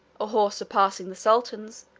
a horse surpassing the sultan's,